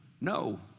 no